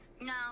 No